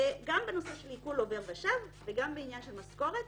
גם בנושא של עיקול עובר ושב וגם בעניין של משכורת,